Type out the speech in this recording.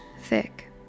thick